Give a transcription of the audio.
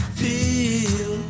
feel